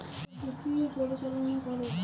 Coffee ফল পাকার জন্য কী রকম জলবায়ু প্রয়োজন?